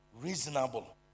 Reasonable